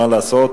מה לעשות?